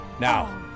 Now